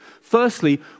Firstly